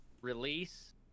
release